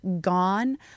gone